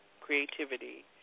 creativity